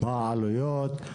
מה העלויות?